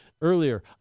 earlier